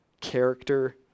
character